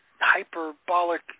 hyperbolic